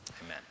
amen